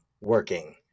working